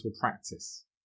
Practice